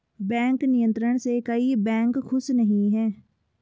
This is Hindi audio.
बैंक नियंत्रण से कई बैंक खुश नही हैं